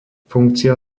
funkcia